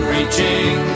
Reaching